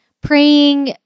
praying